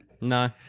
No